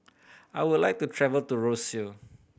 I would like to travel to Roseau